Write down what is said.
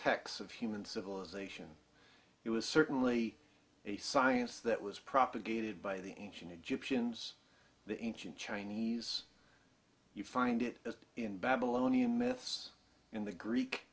techs of human civilization it was certainly a science that was propagated by the ancient egyptians the ancient chinese you find it in babylonian myths in the greek